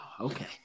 Okay